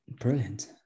Brilliant